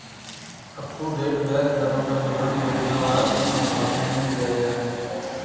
up to date ब्याज दरों का विवरण योजनावार उन अनुभागों में दिया गया है